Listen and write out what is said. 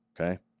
okay